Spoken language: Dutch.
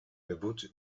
beboet